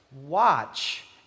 watch